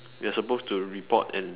you're supposed to report and